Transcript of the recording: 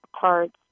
cards